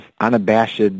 unabashed